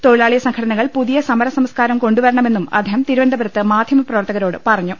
തൊഴിലാളി സംഘടനകൾ പുതിയ സമര സംസ്കാരം കൊണ്ടുവര ണമെന്നും അദ്ദേഹം തിരുവനന്തപുരത്ത് മാധ്യമ പ്രവർത്തകരോട് പറ ഞ്ഞു